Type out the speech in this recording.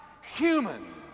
human